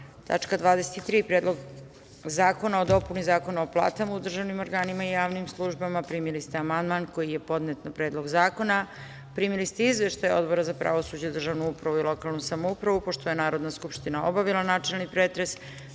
23. – Predlog zakona o dopuni Zakona o platama u državnim organima i javnim službama. Primili ste amandman koji je podnet na Predlog zakona. Primili ste izveštaj Odbora za pravosuđe državnu upravu i lokalnu samoupravu. Pošto je Narodna skupština obavila načelni pretres,